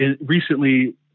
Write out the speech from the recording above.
recently